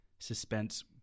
Suspense